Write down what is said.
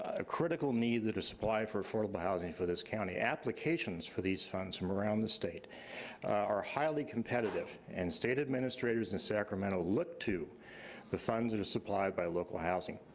a critical need that is supply for affordable housing for this county. applications for these funds from around the state are highly competitive and state administrators in sacramento look to the funds that are supplied by local housing.